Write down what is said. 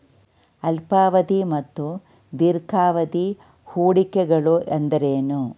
ಅಲ್ಪಾವಧಿ ಮತ್ತು ದೀರ್ಘಾವಧಿ ಹೂಡಿಕೆಗಳು ಎಂದರೇನು?